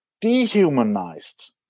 dehumanized